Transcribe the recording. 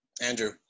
Andrew